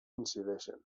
incideixen